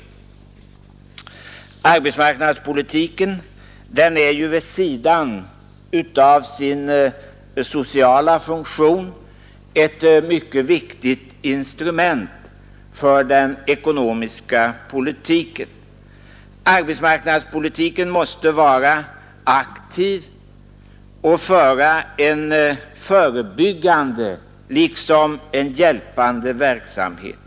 Arbetsmarknadspolitiken är ju vid sidan av sin sociala funktion ett viktigt instrument för den ekonomiska politiken. Arbetsmarknadspolitiken måste vara aktiv och omfatta en förebyggande liksom en hjälpande verksamhet.